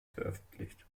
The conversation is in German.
veröffentlicht